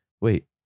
wait